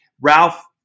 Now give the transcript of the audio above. Ralph